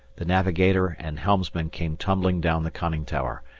the navigator and helmsman came tumbling down the conning tower,